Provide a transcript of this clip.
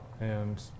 and-